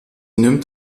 nimmt